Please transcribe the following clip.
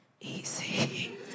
easy